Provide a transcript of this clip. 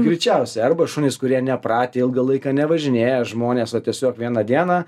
greičiausiai arba šunys kurie nepratę ilgą laiką nevažinėja žmonės o tiesiog vieną dieną